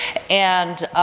and